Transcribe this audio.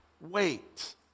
Wait